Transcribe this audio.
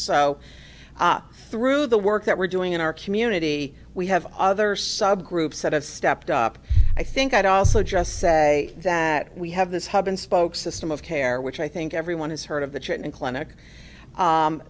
so through the work that we're doing in our community we have other subgroups out of step up i think i'd also just say that we have this hub and spoke system of care which i think everyone has heard of the chip in clinic